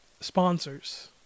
sponsors